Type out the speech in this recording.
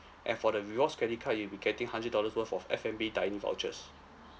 and for the rewards credit card you'll be getting hundred dollars worth of F&B dining vouchers